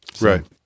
Right